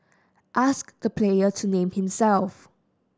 ask the player to name himself